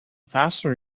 faster